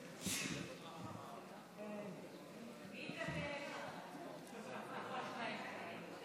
לכן אין שום דבר מפתיע בהתנהלות של הממשלה במשבר